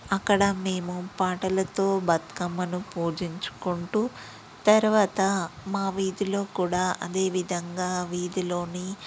అక్కడ మేము పాటలతో బతుకమ్మను పూజించుకుంటూ తర్వాత మా వీధిలో కూడా అదే విధంగా వీధిలోని